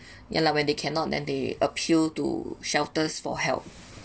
ya lah when they cannot then they appeal to shelters for help